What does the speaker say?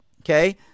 okay